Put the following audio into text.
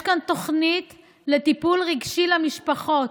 יש כאן תוכנית לטיפול רגשי למשפחות.